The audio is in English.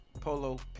Polo